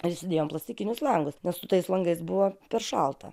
įsidėjom plastikinius langus nes su tais langais buvo per šalta